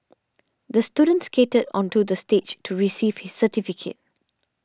the student skated onto the stage to receive his certificate